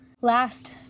Last